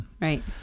Right